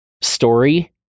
story